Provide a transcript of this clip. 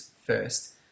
first